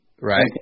Right